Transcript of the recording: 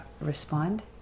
respond